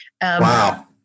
Wow